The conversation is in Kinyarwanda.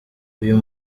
uyu